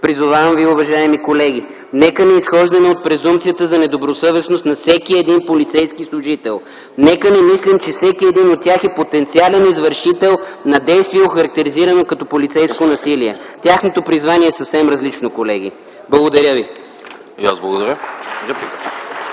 Призовавам ви, уважаеми колеги, нека не изхождаме от презумпцията за недобросъвестност на всеки един полицейски служител, нека не мислим, че всеки един от тях е потенциален извършител на действие охарактеризирано като полицейско насилие. Тяхното призвание е съвсем различно, колеги! Благодаря ви. ПРЕДСЕДАТЕЛ